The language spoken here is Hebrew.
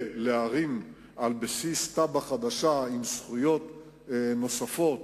ולהרים על בסיס תב"ע חדשה, עם זכויות נוספות,